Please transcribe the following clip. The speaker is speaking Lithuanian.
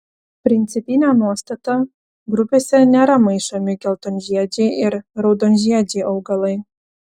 principinė nuostata grupėse nėra maišomi geltonžiedžiai ir raudonžiedžiai augalai